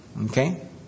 Okay